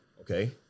okay